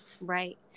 Right